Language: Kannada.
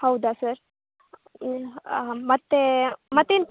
ಹೌದಾ ಸರ್ ಮತ್ತು ಮತ್ತೇನು